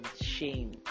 shame